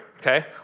okay